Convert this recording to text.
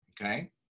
Okay